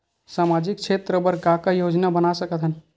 सामाजिक क्षेत्र बर का का योजना बना सकत हन?